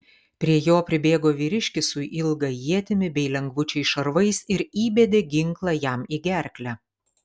prie jo pribėgo vyriškis su ilga ietimi bei lengvučiais šarvais ir įbedė ginklą jam į gerklę